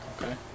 Okay